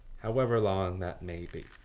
however long that may be.